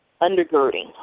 undergirding